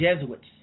Jesuits